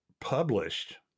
published